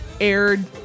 aired